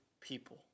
people